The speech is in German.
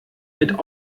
mit